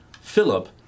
Philip